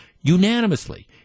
unanimously